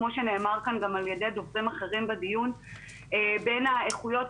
כמו שנאמר כאן גם על ידי דוברים אחרים בדיון בין האיכויות.